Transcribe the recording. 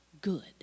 good